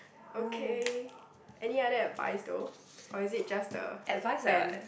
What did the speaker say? okay any other advice though or is it just the fan